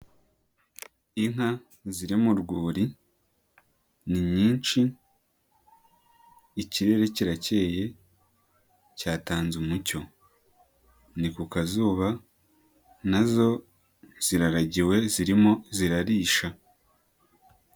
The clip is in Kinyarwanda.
Inka zirimo urwuri ni nyinshi, ikirere kirakeye cyatanze umucyo. Ni ku kazuba na zo ziraragiwe zirimo zirarisha.